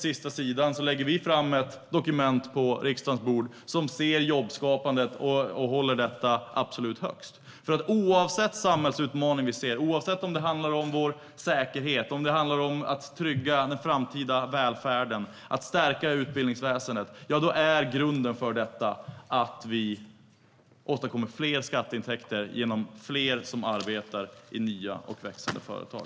Vi lägger fram ett dokument på riksdagens bord som från första till sista sidan håller jobbskapandet absolut högst, för oavsett vilken samhällsutmaning vi ser - om det handlar om vår säkerhet, om att trygga den framtida välfärden, om att stärka utbildningsväsendet - är grunden att vi åstadkommer fler skatteintäkter genom fler som arbetar i nya och växande företag.